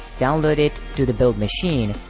download it to the build machine,